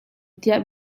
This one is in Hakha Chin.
tiah